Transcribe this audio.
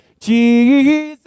Jesus